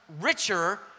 richer